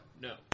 No